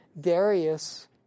Darius